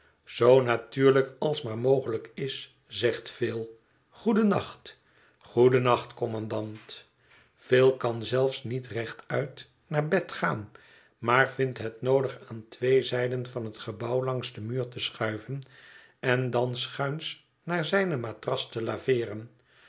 zoo natuurlijk als maar mogelijk is zegt phil goedennacht goedennacht kommandant phil kan zelfs niet rechtuit naar bed gaan maar vindt het noodig aan twee zijden van het gebouw langs den muur te schuiven en dan schuins naar zijne matras te laveeren